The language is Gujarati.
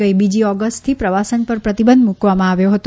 ગઇ બીજી ઓગષ્ટથી પ્રવાસન પર પ્રતિબંધ મૂકવામાં આવ્યો હતો